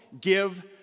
give